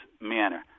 manner